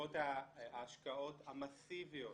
בעקבות ההשקעות המסיביות